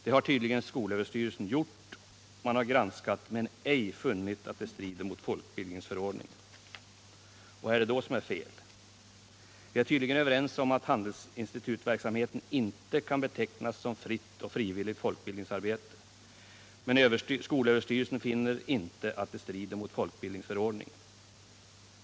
Det har tydligen skolöverstyrelsen gjort. Man har granskat, men ej funnit att verksamheten strider mot folkbildningsförordningen. Vad är det då som är fel? Vi är tydligen överens om att handelsinstitutverksamheten inte kan betecknas som ”Tfritt och frivilligt folkbildningsarbete” , men skolöverstyrelsen finner inte att den strider mot folkbildningsförordningen.